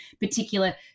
particular